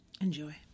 enjoy